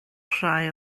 rhai